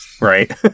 right